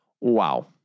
Wow